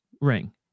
ring